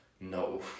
no